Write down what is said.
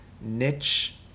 niche